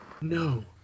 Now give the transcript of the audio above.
no